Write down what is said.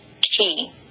key